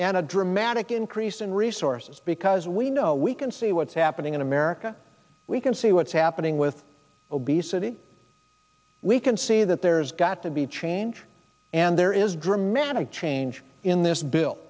and a dramatic increase in resources because we know we can see what's happening in america we can see what's happening with obesity we can see that there's got to be change and there is dramatic change in this bill